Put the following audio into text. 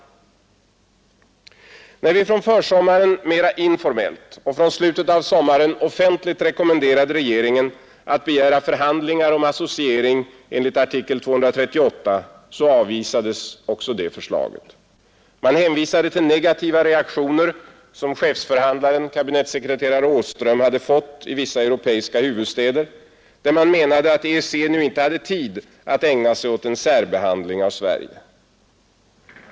2 december 1971 När vi på försommaren mera informellt och från slutet av sommaren ——— offentligt rekommenderade regeringen att begära förhandlingar om ÅA”& förhandlingar je associering enligt artikel 238 avvisades också detta förslag. Man hänvisade na mellan Sverige till negativa reaktioner som chefsförhandlaren, kabinettssekreterare och EEC Åström, fått i vissa europeiska huvudstäder, där man menade att EEC nu inte hade tid att ägna sig åt en särbehandling av Sverige.